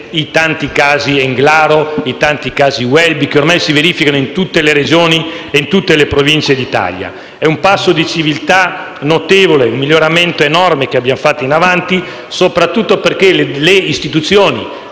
i tanti casi Englaro, i tanti casi Welby, che oramai si verificano in tutte le regioni e in tutte le province d'Italia. È un passo di civiltà notevole ed un miglioramento enorme che abbiamo fatto, soprattutto perché le istituzioni